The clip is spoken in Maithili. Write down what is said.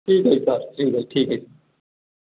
ठीक है सर ठीक है ठीक है